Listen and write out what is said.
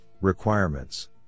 requirements